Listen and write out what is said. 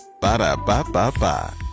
Ba-da-ba-ba-ba